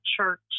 church